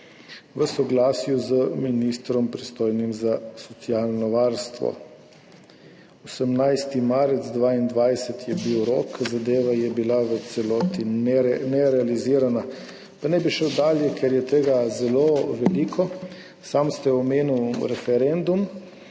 v soglasju z ministrom, pristojnim za socialno varstvo. 18. marec 2022 je bil rok, zadeva je bila v celoti nerealizirana. Ne bi šel dalje, ker je tega zelo veliko. Omenili ste referendum.